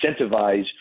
incentivize